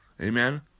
Amen